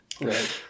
right